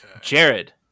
Jared